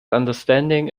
understanding